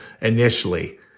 initially